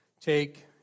take